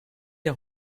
der